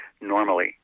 normally